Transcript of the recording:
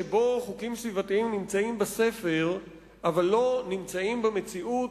שבו חוקים סביבתיים נמצאים בספר אבל לא נמצאים במציאות,